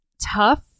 tough